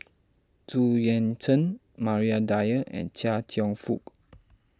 Zu Yuan Zhen Maria Dyer and Chia Cheong Fook